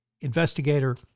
investigator